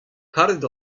karet